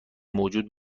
موجود